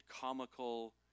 comical